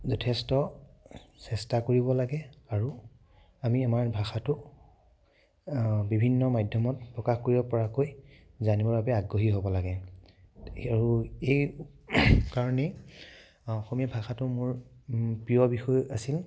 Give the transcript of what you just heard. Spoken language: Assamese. যথেষ্ট চেষ্টা কৰিব লাগে আৰু আমি আমাৰ ভাষাটো বিভিন্ন মাধ্যমত প্ৰকাশ কৰিব পৰাকৈ জানিবৰ বাবে আগ্ৰহী হ'ব লাগে আৰু এই কাৰণেই অসমীয়া ভাষাটো মোৰ প্ৰিয় বিষয় আছিল